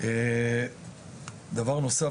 דבר נוסף,